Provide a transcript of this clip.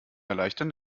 erleichtern